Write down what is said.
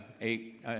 eight